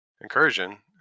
incursion